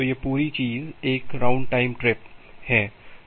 तो यह पूरी चीज़ एक राउंड टाइम ट्रिप है